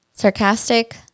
Sarcastic